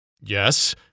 Yes